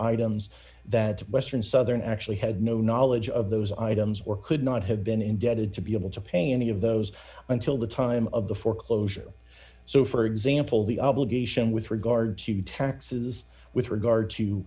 items that western southern actually had no knowledge of those items or could not have been indebted to be able to pay any of those until the time of the foreclosure so for example the obligation with regard to taxes with regard to